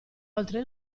oltre